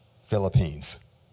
Philippines